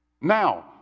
Now